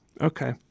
Okay